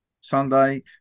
Sunday